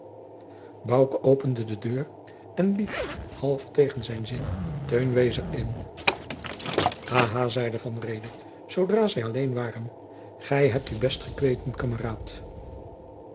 opende de deur en liet half tegen zijn zin teun wezer in aha zeide van reede zoodra zij alleen waren gij hebt u best gekweten kameraad